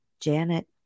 Janet